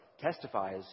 testifies